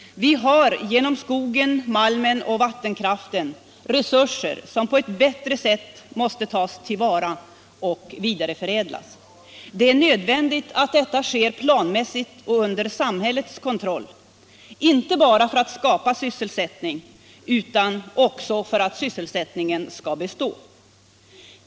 Vi har genom skogen, malmen och vattenkraften resurser som på ett bättre sätt måste tas till våra och vidareförädlas. Det är nödvändigt att detta sker planmässigt och under samhällets kontroll, inte bara för att skapa sysselsättning utan också för att sysselsättningen skall bestå.